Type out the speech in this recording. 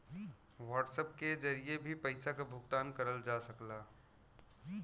WhatsApp के जरिए भी पइसा क भुगतान करल जा सकला